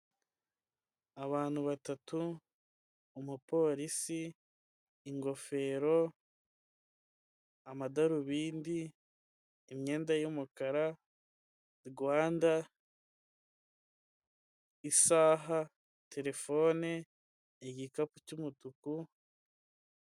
Abantu batatu umupolisi, ingofero amadarubindi imyenda y'umukara, Rwanda, isaha terefone igikapu cy'umutuku.